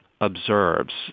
observes